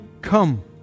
Come